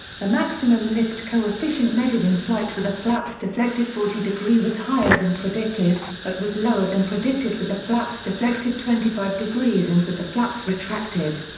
the maximum lift coefficient measured in flight with the flaps deflected forty degree was higher than predicted, but was lower than predicted with the flaps deflected twenty five degrees and with the flaps retracted.